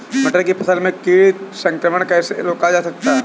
मटर की फसल में कीट संक्रमण कैसे रोका जा सकता है?